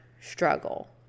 struggle